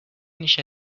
نیشت